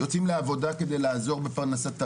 יוצאים לעבודה כדי לעזור לפרנסת ההורים.